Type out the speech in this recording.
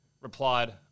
replied